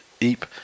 Eep